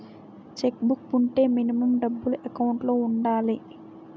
Check book వుంటే minimum డబ్బులు account లో ఉండాలి?